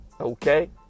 okay